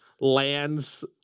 lands